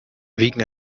wegen